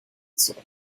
zurück